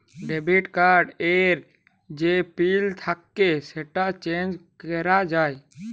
debit card এর যে PIN থাক্যে সেটা চেঞ্জ ক্যরা যায়